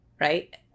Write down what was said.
right